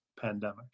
pandemic